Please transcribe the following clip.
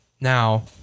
Now